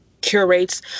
curates